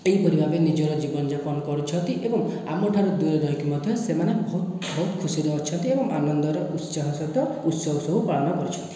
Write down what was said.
ଏହିପରି ଭାବବେ ନିଜର ଜୀବନଯାପନ କରୁଛନ୍ତି ଏବଂ ଆମ ଠାରୁ ଦୂରରେ ରହିକି ମଧ୍ୟ ସେମାନେ ବହୁତ ବହୁତ ଖୁସିରେ ଅଛନ୍ତି ଏବଂ ଆନନ୍ଦରେ ଉତ୍ସାହ ସହିତ ଉତ୍ସବ ସବୁ ପାଳନ କରୁଛନ୍ତି